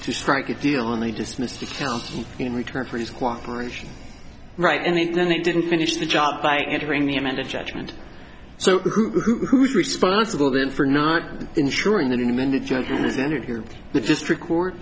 to strike a deal and they dismissed the county in return for his cooperation right and then they didn't finish the job by entering the amount of judgement so who's responsible then for not ensuring that in a minute you and as interviewer but just record